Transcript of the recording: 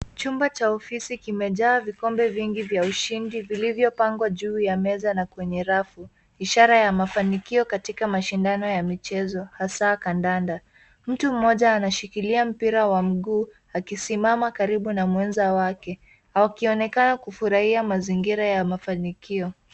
Chumba cha ofisi kimejaa vikombe vingi vya ushindi vilivyopangwa juu ya meza ina kwenye rafu ,ishara ya mafanikio katika mshindano ya michezo hasa kandanda, mtu mmoja anashikilia mpira wa miguu akisimama karibu na mwenza wake ,wakionekana kufurahia mazingira ya mafanikio.